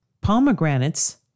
Pomegranates